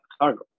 cargo